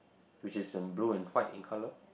which is in blue and white in colour